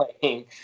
playing